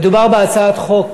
מדובר בהצעת חוק